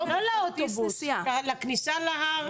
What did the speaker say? לא לאוטובוס, לכניסה להר.